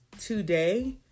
today